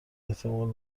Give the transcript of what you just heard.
احتمال